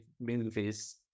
movies